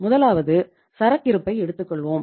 முதலாவது சரக்கிறுப்பை எடுத்துக்கொள்வோம்